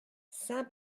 saint